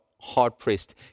hard-pressed